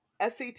SAT